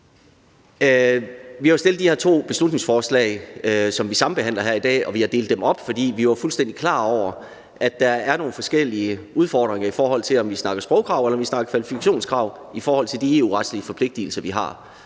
Vi har jo fremsat de her to beslutningsforslag, som sambehandles her i dag, og vi har delt dem op, for vi er fuldstændig klar over, at der er nogle forskellige udfordringer, alt efter om vi snakker sprogkrav eller vi snakker kvalifikationskrav i forhold til de EU-retslige forpligtigelser, vi har.